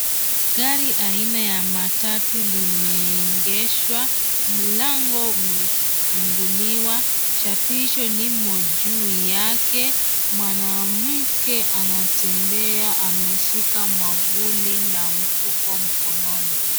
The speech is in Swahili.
Gari aina ya matatu limeegeshwa. Mlango umefunguliwa. Chapisho limo juu yake. Mwanamke anatembea ameshika mwavuli na mfuko mkononi.